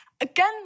again